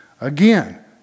Again